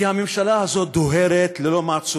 כי הממשלה הזאת דוהרת ללא מעצורים.